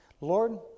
Lord